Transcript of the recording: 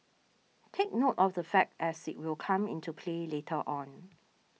take note of the fact as it will come into play later on